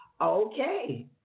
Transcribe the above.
Okay